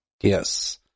Yes